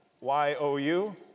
Y-O-U